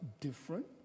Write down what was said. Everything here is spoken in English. different